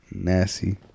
Nasty